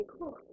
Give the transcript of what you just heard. cool